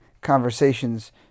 conversations